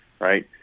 right